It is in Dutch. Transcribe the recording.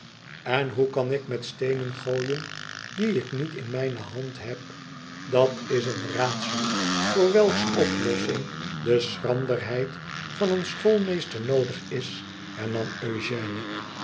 en hoe kan ik met steenen gooien die ik niet in mijne hand heb dat is een raadsel voor welks oplossing de schranderheid van een schoolmeester noodig is hernam eugène